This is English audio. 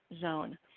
zone